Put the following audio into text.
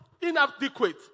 inadequate